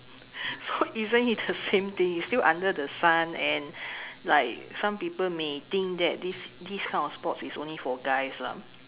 so isn't it the same thing it's still under the sun and like some people may think that this this kind of sports is only for guys lah